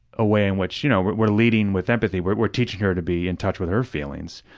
a way in which you know we're we're leading with empathy. we're we're teaching her to be in touch with her feelings,